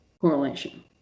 correlation